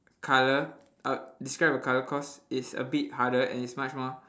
colour I describe a colour cause it's a bit harder and it's much more